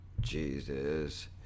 Jesus